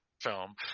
film